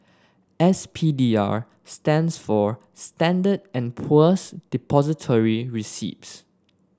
S P D R stands for Standard and Poor's Depository Receipts